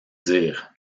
dire